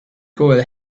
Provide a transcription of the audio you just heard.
coil